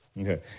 Okay